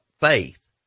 faith